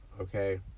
okay